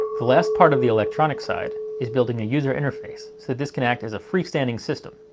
the last part of the electronic side is building a user interface so this can act as freestanding system.